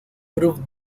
proved